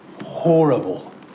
horrible